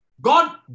God